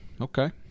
okay